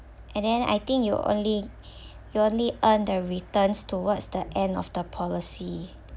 and then I think you will only you only earn the returns towards the end of the policy